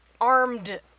armed